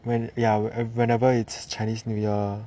when ya when whenever it's chinese new year